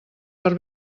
per